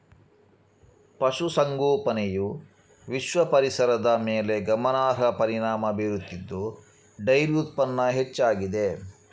ಪಶು ಸಂಗೋಪನೆಯು ವಿಶ್ವ ಪರಿಸರದ ಮೇಲೆ ಗಮನಾರ್ಹ ಪರಿಣಾಮ ಬೀರುತ್ತಿದ್ದು ಡೈರಿ ಉತ್ಪನ್ನ ಹೆಚ್ಚಾಗಿದೆ